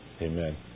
amen